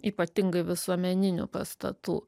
ypatingai visuomeninių pastatų